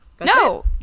no